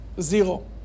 Zero